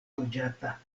loĝata